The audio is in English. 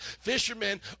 Fishermen